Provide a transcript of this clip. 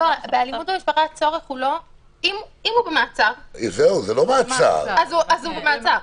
אם הוא במעצר, אז הוא במעצר.